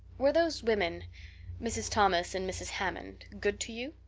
were those women mrs. thomas and mrs. hammond good to you?